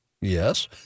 Yes